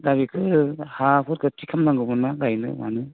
दा बेखौ हाफोरखौ थिग खालामनांगौमोनना गायनो मानो